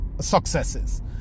successes